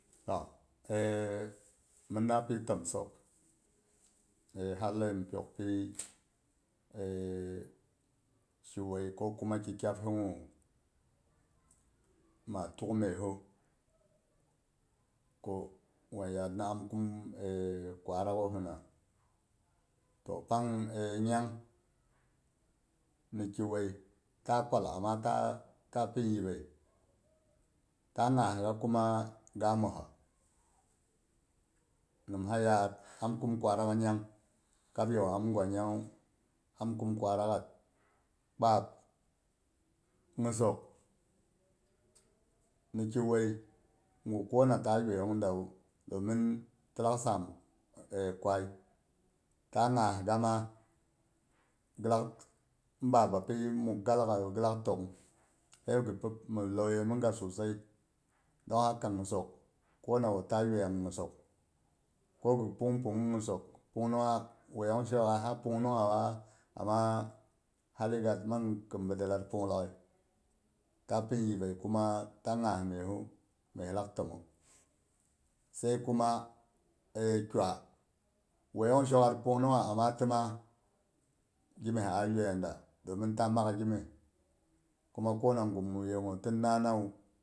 Toh min mapi təmtsok ha leiyim pyok pi ki wei ko kuma ki kyabhi ngwu maa tuk myehu. Ko wan yaad ni am kum kwa rakghohina? Toh pang nyang, ni ki wei ta kwal ama tapi yibei ta ngha ga kuma, ga moha nimha nyar am kum kwarak nyang kab yegh am gwa nuyangwu am kum kwa raghat. kpab nyisok, niki wuei gu kona ta wueiyong dawa domin ti lak saam e kwai. Ta nghaga ma gilak inba bapi mukga laghaiya gilak tok'gh hei mi lyoyei miga so sai. Don haka nyisok kona ta wueiya ni nyisok. koni pung pung nyisok, pung nunghak wueiyong shokgha ha pungnungha wa amma haligat mang kin bidelat pung laghai. Ta pin yibei kuma, ta ngha mehu mye lak togh. Sai kuma e kwa, woyong shokgar punung ha ama tama gimye a yueiyada. Domin ta mak gimye kuma kona gum bungh yegu tin nanawu